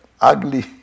ugly